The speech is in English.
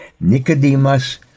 Nicodemus